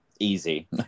easy